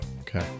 Okay